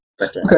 Okay